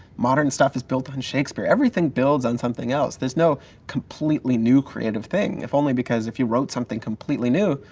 modern stuff is built on shakespeare. everything builds on something else. there's no completely new creative thing. if only because if you wrote something completely new,